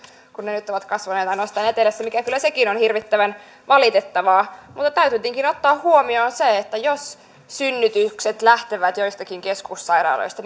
kun ne nyt ovat kasvaneet ainoastaan etelässä mikä kyllä sekin on hirvittävän valitettavaa mutta täytyy tietenkin ottaa huomioon että jos synnytykset lähtevät joistakin keskussairaaloista